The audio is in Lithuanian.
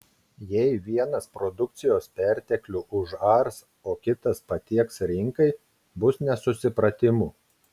jei vienas produkcijos perteklių užars o kitas patieks rinkai bus nesusipratimų